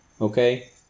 Okay